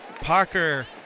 Parker